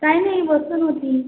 काही नाही बसून होती